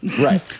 Right